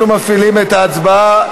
אנחנו מפעילים את ההצבעה.